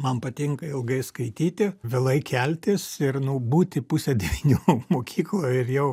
man patinka ilgai skaityti vėlai keltis ir nu būti pusę devynių mokykloj ir jau